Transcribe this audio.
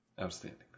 Outstanding